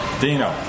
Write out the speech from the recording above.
Dino